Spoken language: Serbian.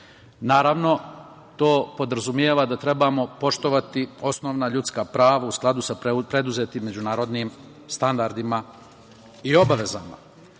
Naravno, to podrazumeva da trebamo poštovati osnovna ljudska prava u skladu sa preduzetim međunarodnih standardima i obavezama.U